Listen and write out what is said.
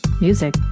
Music